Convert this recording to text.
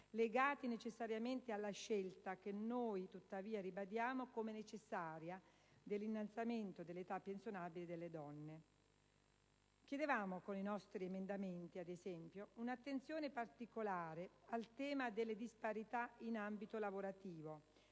legati necessariamente alla scelta, che noi tuttavia ribadiamo come necessaria, dell'innalzamento dell'età pensionabile delle donne. Con i nostri emendamenti chiedevamo, ad esempio, un'attenzione particolare al tema delle disparità in ambito lavorativo